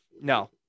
No